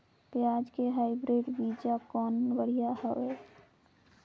पियाज के हाईब्रिड बीजा कौन बढ़िया हवय?